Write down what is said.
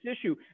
issue